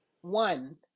one